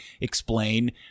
explain